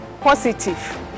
positive